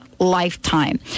lifetime